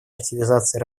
активизации